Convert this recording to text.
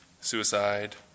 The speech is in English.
suicide